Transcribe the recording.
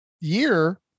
year